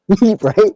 Right